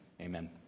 amen